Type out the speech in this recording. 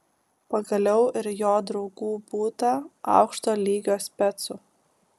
pagaliau ir jo draugų būta aukšto lygio specų